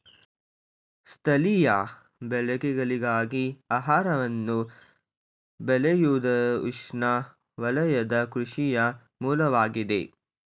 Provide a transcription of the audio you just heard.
ಸ್ಥಳೀಯ ಬಳಕೆಗಳಿಗಾಗಿ ಆಹಾರವನ್ನು ಬೆಳೆಯುವುದುಉಷ್ಣವಲಯದ ಕೃಷಿಯ ಮೂಲವಾಗಿದೆ